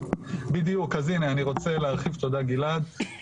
בדיוק אז הנה אני רוצה להרחיב, תודה גלעד.